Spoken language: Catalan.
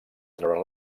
treure